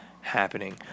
happening